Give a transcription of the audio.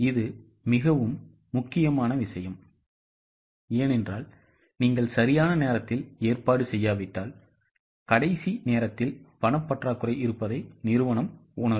இது மிகவும் முக்கியமான விஷயம் ஏனென்றால் நீங்கள் சரியான நேரத்தில் ஏற்பாடு செய்யாவிட்டால் கடைசி நேரத்தில் பணப் பற்றாக்குறை இருப்பதை நிறுவனம் உணரும்